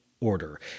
order